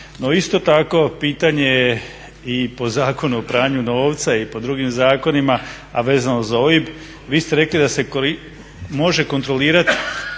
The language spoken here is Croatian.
No isto tako pitanje je i po Zakonu o pranju novca i po drugim zakonima, a vezano za OIB vi ste rekli da se može kontrolirati